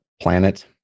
planet